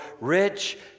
rich